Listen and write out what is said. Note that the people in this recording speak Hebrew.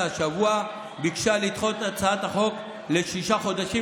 השבוע ביקשה לדחות את הצעת החוק בשישה חודשים.